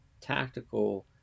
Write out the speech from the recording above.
tactical